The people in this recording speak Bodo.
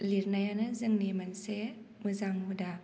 लिरनायानो जोंनि मोनसे मोजां हुदा